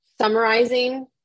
summarizing